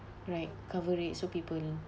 right cover it so people